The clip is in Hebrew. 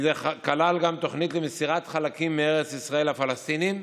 כי זה כלל גם תוכנית למסירת חלקים מארץ ישראל לפלסטינים,